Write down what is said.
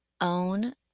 own